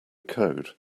code